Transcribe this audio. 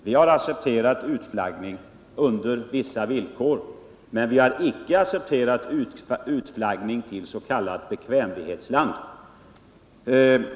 Vi har accepterat utflaggning på vissa villkor, men vi har inte accepterat utflaggning tills.k. bekvämlighetsland.